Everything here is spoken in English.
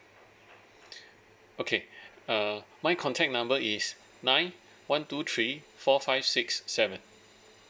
okay uh my contact number is nine one two three four five six seven